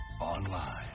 online